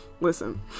Listen